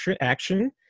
action